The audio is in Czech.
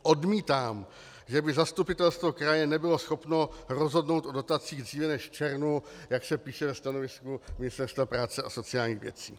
Odmítám, že by zastupitelstvo kraje nebylo schopno rozhodnout o dotacích dříve než v červnu, jak se píše ve stanovisku Ministerstva práce a sociálních věcí.